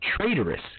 traitorous